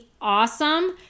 awesome